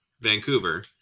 Vancouver